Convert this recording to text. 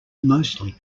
mostly